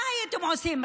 מה הייתם עושים?